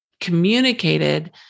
communicated